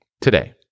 today